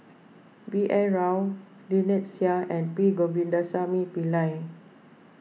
B N Rao Lynnette Seah and P Govindasamy Pillai